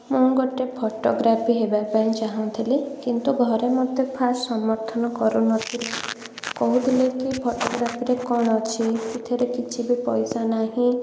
ମୁଁ ଗୋଟେ ଫୋଟୋଗ୍ରାଫି ହେବା ପାଇଁ ଚାହୁଁଥିଲି କିନ୍ତୁ ଘରେ ମୋତେ ଫାର୍ଷ୍ଟ୍ ସମର୍ଥନ କରୁନଥିଲେ କହୁଥିଲେ କି ଫୋଟୋଗ୍ରାଫିରେ କ'ଣ ଅଛି ସେଥିରେ କିଛି ବି ପଇସା ନାହିଁ